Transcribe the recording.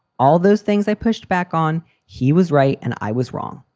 all those things i pushed back on. he was right and i was wrong.